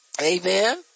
Amen